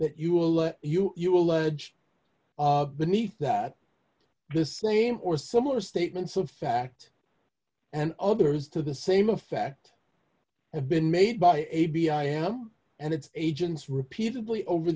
that you will let you you allege of beneath that the same or similar statements of fact and others to the same effect have been made by a b i am and its agents repeatedly over